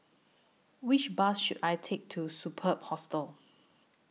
Which Bus should I Take to Superb Hostel